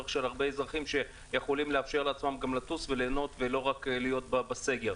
של הרבה אזרחים שיכולים לאפשר לעצמם לטוס וליהנות ולא רק להיות בסגר.